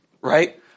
right